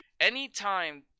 Anytime